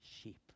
sheep